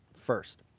first